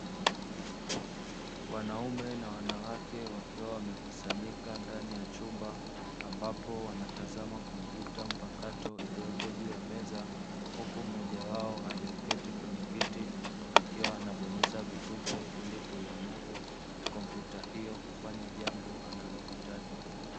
Wanaume na wanawake wakiwa wamekusanyika ndani ya chumba ambapo wanatazama kompyuta mpakato iliyopo juu ya meza, huku mmoja wao alioketi kwenye kiti akiwa anabonyeza vitufe ili kuiamuru kompyuta hiyo kufanya jambo analohitaji.